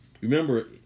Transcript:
Remember